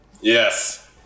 Yes